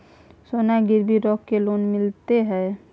सोना गिरवी रख के लोन मिलते है?